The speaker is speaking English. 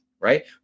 right